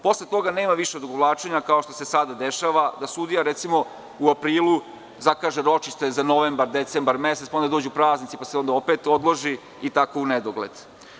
Posle toga nema više odugovlačenja, kao što se sada dešava, da sudija u aprilu zakaže ročište za novembar, decembar mesec, pa ondadođu praznici, pa se opet odloži i tako u nedogled.